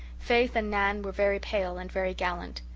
faith and nan were very pale and very gallant.